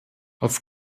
auf